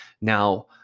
Now